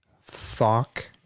fuck